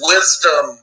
Wisdom